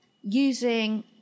using